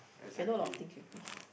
can know lot of things with risk